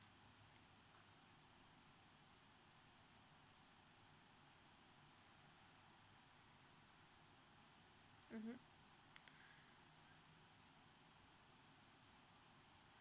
mmhmm